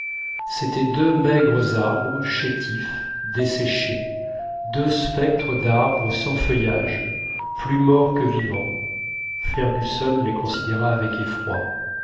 c'étaient deux maigres arbres chétifs desséchés deux spectres d'arbres sans feuillage plus morts que vivants fergusson les considéra avec effroi